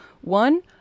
One